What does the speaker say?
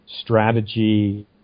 strategy